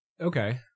Okay